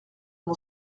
mon